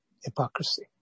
hypocrisy